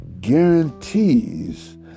guarantees